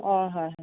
অঁ হয় হয়